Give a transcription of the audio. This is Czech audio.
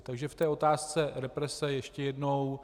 Takže k té otázce represe ještě jednou.